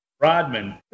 Rodman